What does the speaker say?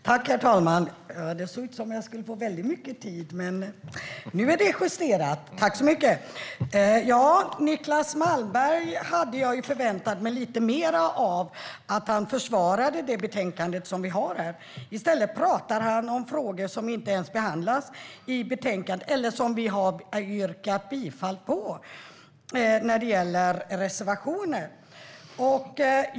Herr talman! Jag hade förväntat mig att Niclas Malmberg lite mer skulle försvara betänkandet. I stället pratar han om frågor som inte ens behandlas i betänkandet eller som vi har yrkat bifall till i fråga om reservationer.